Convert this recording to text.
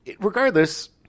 regardless